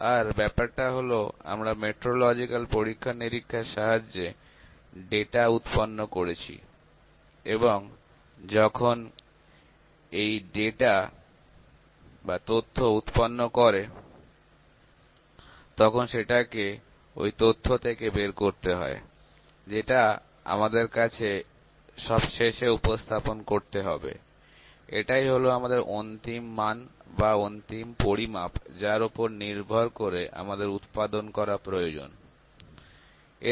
আর ব্যাপারটা হল আমরা মেট্রলজিক্যাল পরীক্ষা নিরীক্ষা এর সাহায্যে তথ্য উৎপন্ন করেছি এবং যখন এই তথ্য কিছু ফলাফল উৎপন্ন করে তখন সেটাকে ওই তথ্য থেকে বের করতে হয় যেটা আমাদের সবশেষে উপস্থাপন করতে হবে এটাই হলো আমাদের অন্তিম মান বা অন্তিম পরিমাপ যার ওপর নির্ভর করে আমাদের উৎপাদন প্রক্রিয়া চালিয়ে যাওয়া উচিত